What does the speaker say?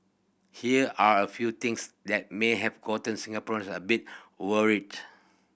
here are a few things that may have gotten Singaporeans a bit worried